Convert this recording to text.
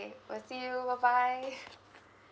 we'll see you bye bye